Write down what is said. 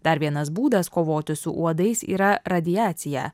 dar vienas būdas kovoti su uodais yra radiacija